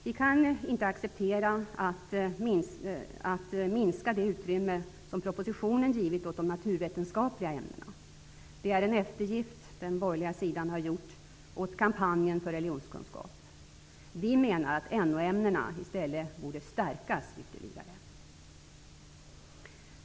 Vi kan inte acceptera en minskning av det utrymme som propositionen har givit åt de naturvetenskapliga ämnena. Det är en eftergift som den borgerliga sidan har gjort åt kampanjen för religionskunskap. Vi anser att NO-ämnena i stället borde stärkas ytterligare.